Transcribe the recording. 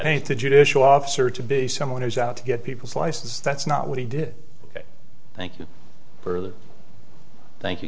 paint the judicial officer to be someone who's out to get people's license that's not what he did ok thank you for the thank you